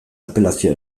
apelazioa